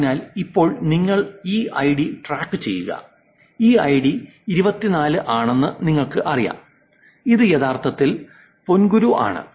അതിനാൽ ഇപ്പോൾ നിങ്ങൾ ഈ ഐഡി ട്രാക്ക് ചെയ്യുക ഈ ഐഡി 24 ആണെന്ന് നിങ്ങൾക്കറിയാം ഇത് യഥാർത്ഥത്തിൽ പൊങ്കുരു ആണ്